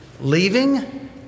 Leaving